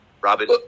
Robin